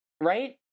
right